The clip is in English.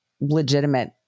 legitimate